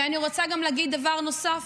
ואני רוצה גם להגיד דבר נוסף.